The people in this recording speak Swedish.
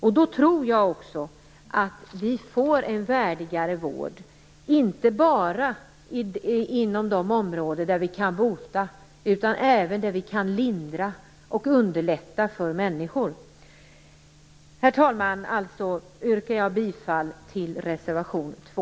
Jag tror också att vi då får en värdigare vård, inte bara inom de områden där vi kan bota utan även där vi kan lindra och underlätta för människor. Herr talman! Jag yrkar alltså bifall till reservation 2.